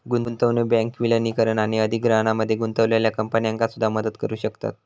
गुंतवणूक बँक विलीनीकरण आणि अधिग्रहणामध्ये गुंतलेल्या कंपन्यांका सुद्धा मदत करू शकतत